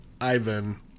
Ivan